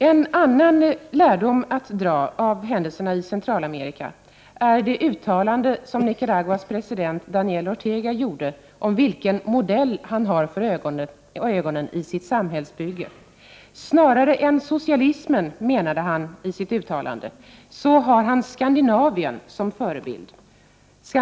En annan viktig lärdom att dra av händelserna i Centralamerika är det uttalande som Nicaraguas president Daniel Ortega gjorde om den modell han har för ögonen i sitt samhällsbygge. Snarare än socialismen, menade han i sitt uttalande, har han Skandinavien som förebild.